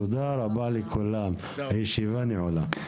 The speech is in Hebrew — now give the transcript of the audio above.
תודה רבה לכולם, הישיבה נעולה.